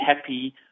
happy